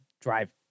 drive